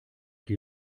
die